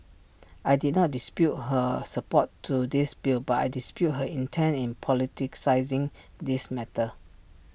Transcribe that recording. I did not dispute her support to this bill but I dispute her intent in politicising this matter